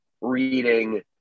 reading